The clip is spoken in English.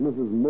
Mrs